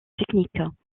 techniques